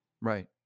Right